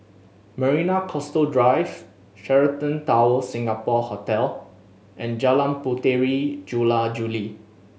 Marina Coastal Drive Sheraton Towers Singapore Hotel and Jalan Puteri Jula Juli